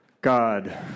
God